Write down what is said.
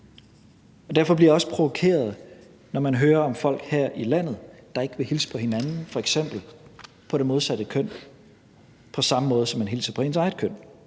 Derfor bliver jeg også provokeret, når man hører om folk her i landet, der ikke vil hilse på hinanden, f.eks. på en af det modsatte køn, på samme måde, som man hilser på en af sit eget køn.